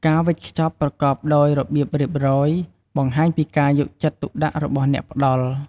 ការវេចខ្ចប់ប្រកបដោយរបៀបរៀបរយ បង្ហាញពីការយកចិត្តទុកដាក់របស់អ្នកផ្តល់។